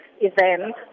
events